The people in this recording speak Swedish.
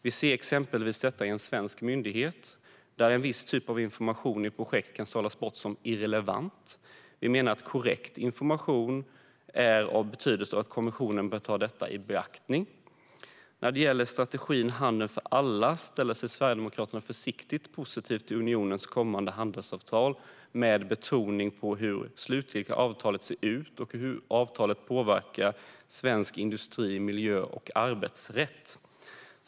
Vi ser det exempelvis i en svensk myndighet, där en viss typ av information i projekt kan sållas bort som irrelevant. Vi menar att korrekt information är av betydelse och att kommissionen bör ta detta i beaktande. När det gäller strategin Handel för alla ställer sig Sverigedemokraterna försiktigt positiva till unionens kommande handelsavtal, med betoning på hur det slutgiltiga avtalet ser ut och hur avtalet påverkar svensk industri, miljö och arbetsrätt.